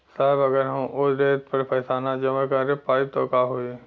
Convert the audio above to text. साहब अगर हम ओ देट पर पैसाना जमा कर पाइब त का होइ?